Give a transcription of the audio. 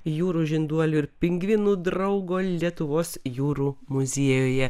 jūrų žinduolių ir pingvinų draugo lietuvos jūrų muziejuje